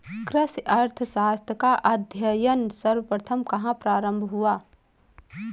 कृषि अर्थशास्त्र का अध्ययन सर्वप्रथम कहां प्रारंभ हुआ?